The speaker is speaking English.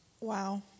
Wow